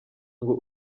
ngo